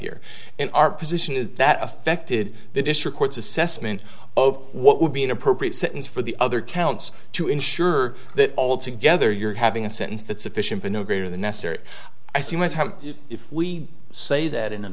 year in our position is that affected the district court's assessment of what would be an appropriate sentence for the other counts to ensure that all together you're having a sentence that sufficient but no greater than necessary i see when we say that in an